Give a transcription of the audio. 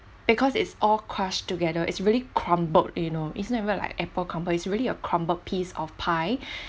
because it's all crushed together it's really crumbled you know it's not even like apple crumbles it's really a crumbled piece of pie